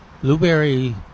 Blueberry